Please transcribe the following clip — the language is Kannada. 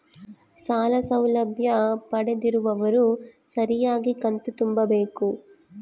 ಸಾಲ ಸೌಲಭ್ಯ ಪಡೆದಿರುವವರು ಸರಿಯಾಗಿ ಕಂತು ತುಂಬಬೇಕು?